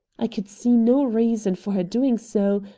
i could see no reason for her doing so,